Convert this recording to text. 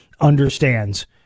understands